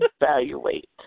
evaluate